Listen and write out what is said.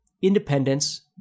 independence